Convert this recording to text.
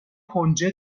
کنجد